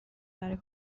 برای